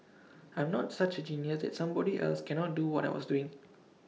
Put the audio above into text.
I'm not such A genius that somebody else cannot do what I was doing